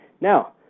Now